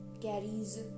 Carrie's